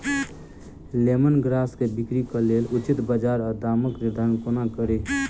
Lemon grass केँ बिक्रीक लेल उचित बजार आ दामक निर्धारण कोना कड़ी?